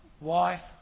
wife